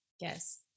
Yes